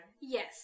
Yes